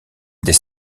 des